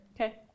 Okay